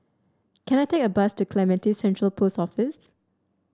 can I take a bus to Clementi Central Post Office